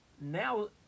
Now